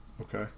okay